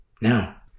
Now